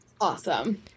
Awesome